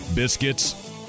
biscuits